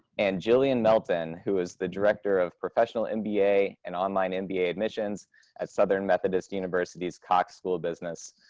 and jillian melton, who is the director of professional and mba and online and mba admissions admissions at southern methodist university's cox school of business.